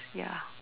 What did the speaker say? ya